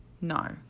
No